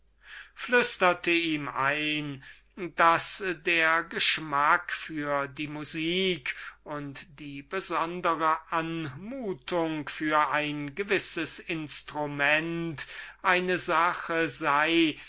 flüsterte ihm ein daß der geschmack für die musik und die besondere anmutung für ein gewisses instrument eine sache sei